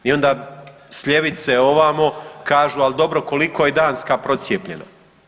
I onda s ljevice ovamo kažu, ali dobro koliko je Danska procijepljena.